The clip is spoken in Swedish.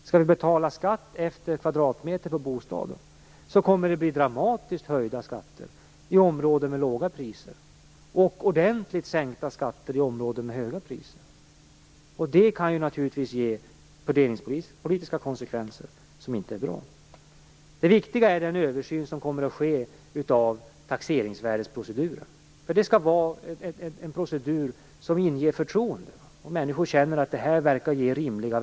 Skall vi betala skatt efter antalet kvadratmeter på bostaden kommer det att bli dramatiskt höjda skatter i områden med låga priser och ordentligt sänkta skatter i områden med höga priser, och det kan naturligtvis ge fördelningspolitiska konsekvenser som inte är bra. Det viktiga är den översyn som kommer att ske av proceduren när det gäller taxeringsvärdet. Det skall vara en procedur som inger förtroende. Människor skall känna att värdena verkar bli rimliga.